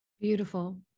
Beautiful